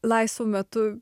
laisvu metu